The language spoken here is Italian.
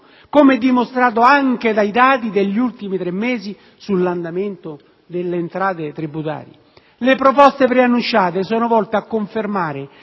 come dimostrato anche dai dati degli ultimi tre mesi sull'andamento delle entrate tributarie. Le proposte preannunciate sono volte a confermare